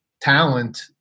talent